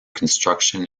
construction